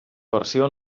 versió